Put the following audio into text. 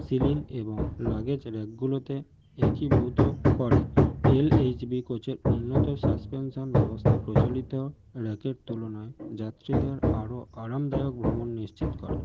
ceiling এবং luggage র্যাকগুলোতে একীভূত করে এল এইচ বি কোচে উন্নত সাসপেন্সান ব্যবস্থা প্রচলিত র্যাকের তুলনায় যাত্রীদের আরো আরামদায়ক ভ্রমণ নিশ্চিত করে